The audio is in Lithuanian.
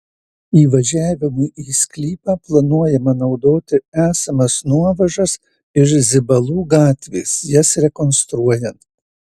įvažiavimui į sklypą planuojama naudoti esamas nuovažas iš zibalų gatvės jas rekonstruojant